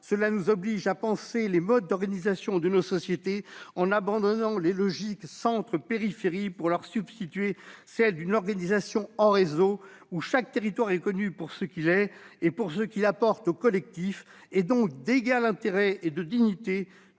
Cela nous oblige à penser les modes d'organisation de nos sociétés en abandonnant les logiques qui opposent le centre aux périphéries pour leur substituer celles d'une organisation en réseau où chaque territoire est reconnu pour ce qu'il est et pour ce qu'il apporte au collectif, de sorte qu'ils sont tous d'égal intérêt et de même dignité,